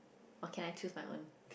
okay lah I choose my own